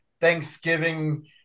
Thanksgiving